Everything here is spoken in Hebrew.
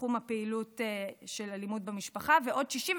לתחום הפעילות של אלימות במשפחה ועוד 67